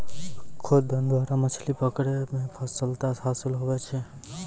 खुद्दन द्वारा मछली पकड़ै मे सफलता हासिल हुवै छै